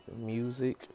music